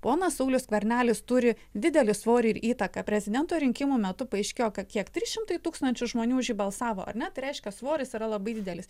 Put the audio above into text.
ponas saulius skvernelis turi didelį svorį ir įtaką prezidento rinkimų metu paaiškėjo kad kiek trys šimtai tūkstančių žmonių už jį balsavo ar ne tai reiškia svoris yra labai didelis